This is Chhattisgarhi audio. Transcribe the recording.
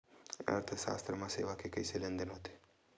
अर्थशास्त्र मा सेवा के कइसे लेनदेन होथे?